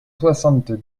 soixante